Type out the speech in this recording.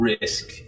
risk